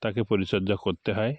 তাকে পরিচর্যা করতে হয়